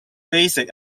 basic